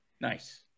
Nice